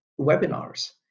webinars